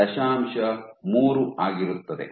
3 ಆಗಿರುತ್ತದೆ